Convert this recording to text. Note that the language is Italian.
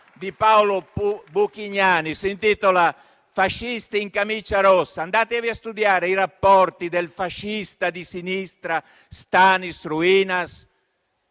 di Paolo Buchignani e si intitola «Fascisti rossi». Andate a studiare i rapporti del fascista di sinistra, Stanis Ruinas,